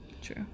true